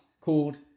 called